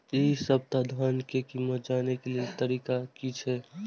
इ सप्ताह धान के कीमत जाने के लेल तरीका की छे?